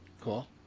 Cool